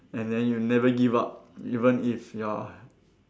and then you never give up even if you are